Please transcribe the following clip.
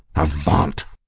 avaunt!